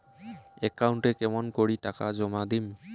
একাউন্টে কেমন করি টাকা জমা দিম?